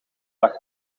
lag